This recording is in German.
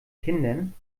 kindern